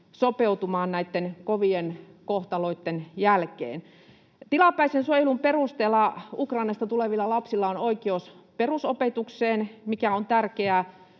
sopeutumaan näitten kovien kohtaloitten jälkeen. Tilapäisen suojelun perusteella Ukrainasta tulevilla lapsilla on oikeus perusopetukseen, mikä on tärkeää,